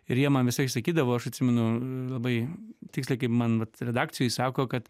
ir jie man visąlaik sakydavo aš atsimenu labai tiksliai kaip man redakcijoj sako kad